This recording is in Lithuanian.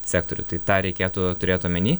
sektoriuj tai tą reikėtų turėt omeny